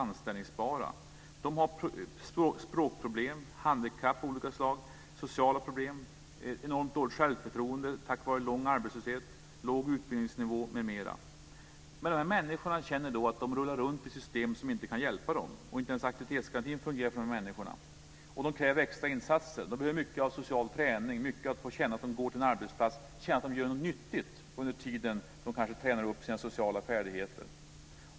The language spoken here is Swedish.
De har språkproblem, handikapp av olika slag, sociala problem, enormt dåligt självförtroende på grund av lång arbetslöshet, låg utbildningsnivå m.m. De här människorna känner att de rullar runt i ett system som inte kan hjälpa dem. Inte ens aktivitetsgarantin fungerar för de här människorna. De kräver extra insatser. De behöver social träning, de behöver få känna att de går till en arbetsplats och gör något nyttigt under den tid de tränar upp sina sociala färdigheter.